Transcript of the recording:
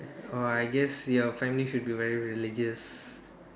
oh I guess your family should be very religious